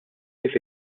kif